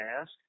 ask